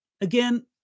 again